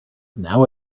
now